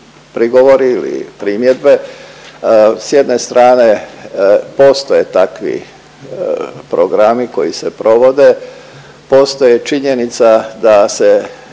prigovori i primjedbe. S jedne stane postoje takvi programi koji se provode, postoji činjenica da se